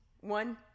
one